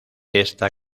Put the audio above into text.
esta